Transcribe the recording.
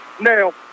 now